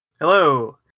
Hello